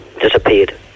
disappeared